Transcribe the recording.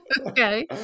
Okay